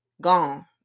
gone